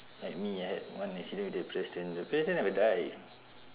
like me I had one accident with the pedestrian the pedestrian never die